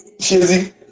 Shizzy